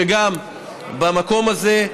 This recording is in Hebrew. שגם במקום הזה,